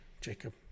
Jacob